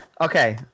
Okay